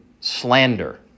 slander